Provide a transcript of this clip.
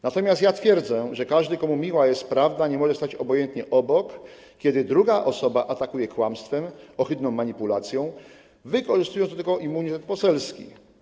Natomiast ja twierdzę, że każdy, komu miła jest prawda, nie może stać obojętnie obok, kiedy druga osoba atakuje kłamstwem, ohydną manipulacją, wykorzystując do tego immunitet poselski.